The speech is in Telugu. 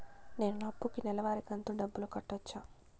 నేను నా అప్పుకి నెలవారి కంతు డబ్బులు కట్టొచ్చా?